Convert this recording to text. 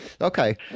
Okay